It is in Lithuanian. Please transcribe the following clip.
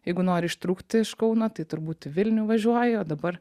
jeigu nori ištrūkti iš kauno tai turbūt į vilnių važiuoji o dabar